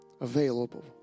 available